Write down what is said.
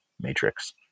matrix